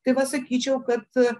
tai va sakyčiau kad